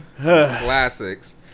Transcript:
Classics